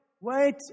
Wait